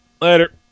Later